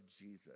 Jesus